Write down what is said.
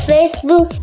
Facebook